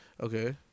Okay